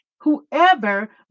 Whoever